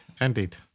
indeed